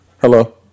Hello